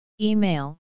Email